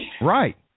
Right